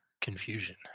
confusion